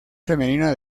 femenina